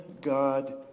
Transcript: God